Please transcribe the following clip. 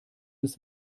des